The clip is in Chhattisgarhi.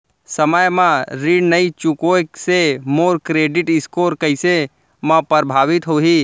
समय म ऋण नई चुकोय से मोर क्रेडिट स्कोर कइसे म प्रभावित होही?